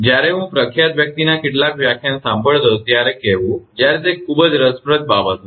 જ્યારે હું પ્રખ્યાત વ્યક્તિના કેટલાક વ્યાખ્યાન સાંભળતો હતો ત્યારે કહેવું જ્યારે તે ખૂબ જ રસપ્રદ બાબત હોય